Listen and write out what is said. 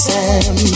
Sam